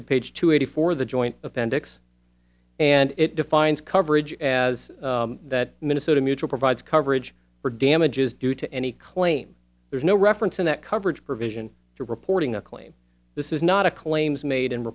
to page two eighty for the joint appendix and it defines coverage as that minnesota mutual provides coverage for damages due to any claim there's no reference in that coverage provision to reporting a claim this is not a claims made and